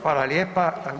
Hvala lijepa.